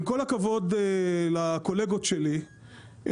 עם כל הכבוד לקולגות שלי,